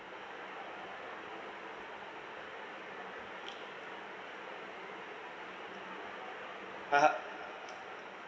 (uh huh)